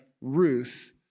Ruth